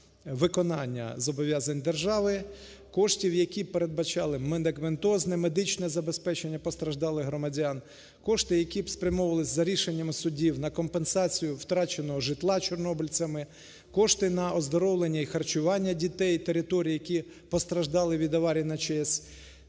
виконання зобов'язань держави, коштів, які передбачали медикаментозне, медичне забезпечення постраждалих громадян, кошти, які б спрямовувались, за рішенням судів, на компенсацію втраченого житла чорнобильцями, кошти на оздоровлення і харчування дітей, територій, які постраждали від аварії на ЧАЕС.